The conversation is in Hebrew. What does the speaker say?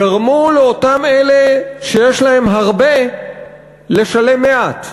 גרמו לאותם אלה שיש להם הרבה לשלם מעט,